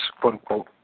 quote-unquote